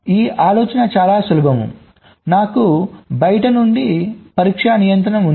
ఈ ఈఆలోచన చాలా సులభం నాకు బయట నుండి పరీక్ష నియంత్రణ ఉంది